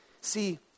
See